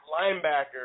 linebacker